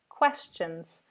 questions